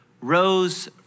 rose